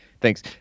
Thanks